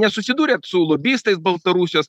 nesusidūrėt su lobistais baltarusijos